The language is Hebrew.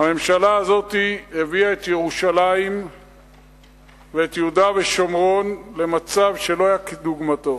הממשלה הזאת הביאה את ירושלים ואת יהודה ושומרון למצב שלא היה כדוגמתו.